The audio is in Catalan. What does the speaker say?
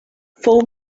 fou